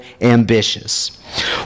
ambitious